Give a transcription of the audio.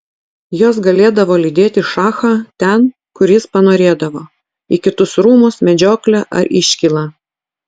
jos galėdavo lydėti šachą ten kur jis panorėdavo į kitus rūmus medžioklę ar iškylą